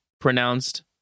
pronounced